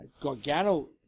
Gargano